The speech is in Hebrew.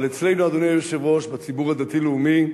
אבל אצלנו, אדוני היושב-ראש, בציבור הדתי-הלאומי,